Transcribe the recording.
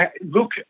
Look